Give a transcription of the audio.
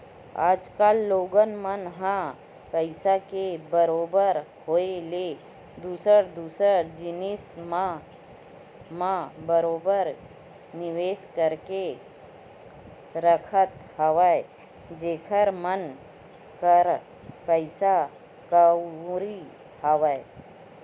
आज कल लोगन मन ह पइसा के बरोबर होय ले दूसर दूसर जिनिस मन म बरोबर निवेस करके रखत हवय जेखर मन करा पइसा कउड़ी हवय